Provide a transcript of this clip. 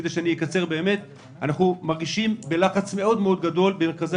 אנחנו מרגישים בלחץ גדול מאוד במרכזי